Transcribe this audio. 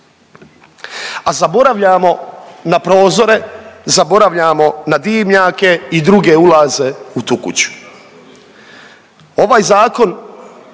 a zaboravljamo na prozore, zaboravljamo na dimnjake i druge ulaze u tu kuću. Ovaj zakon